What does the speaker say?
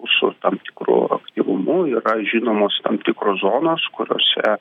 su tam tikru aktyvumu yra žinomos tam tikros zonos kuriose